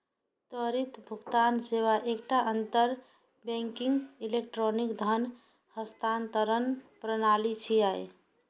त्वरित भुगतान सेवा एकटा अंतर बैंकिंग इलेक्ट्रॉनिक धन हस्तांतरण प्रणाली छियै